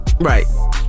Right